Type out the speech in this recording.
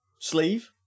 sleeve